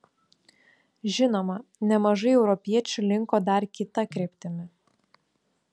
žinoma nemažai europiečių linko dar kita kryptimi